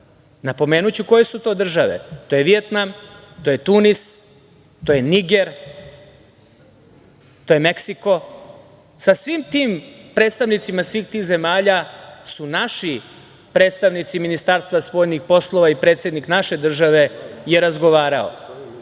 Beogradu. Napomenuću koje su to države, to je Vijetnam, to je Tunis, to je Niger, to je Meksiko. Sa svim tim predstavnicima svih tih zemalja su naši predstavnici Ministarstva spoljnih poslova i predsednik naše države je razgovarao. Sada